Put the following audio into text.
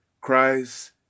Christ